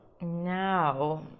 now